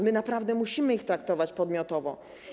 My naprawdę musimy ich traktować podmiotowo.